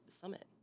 summit